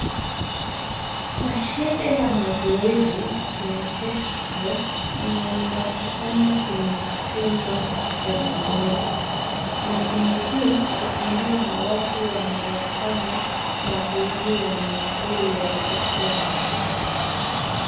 Mashete ya mazoezi ya chest press , inayopatikana kwenye chumba cha mazoezi. Mashine hii hutumiwa na watu wanaofanya mazoezi ya misuli na kifua.